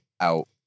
out